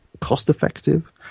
cost-effective